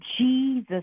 Jesus